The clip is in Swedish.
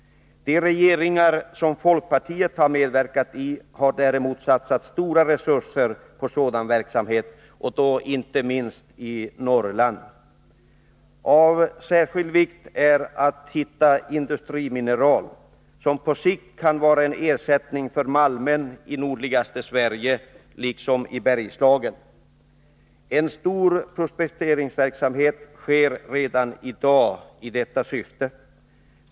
De regeringar som folkpartiet har medverkat i har däremot satsat stora resurser på sådan verksamhet, och då inte minst i Norrland. Av särskild vikt är att hitta industrimineral, som på sikt kan vara en ersättning för malmen i nordligaste Sverige liksom i Bergslagen, En omfattande prospekteringsverksamhet sker redan i dag i detta syfte.